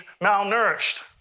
malnourished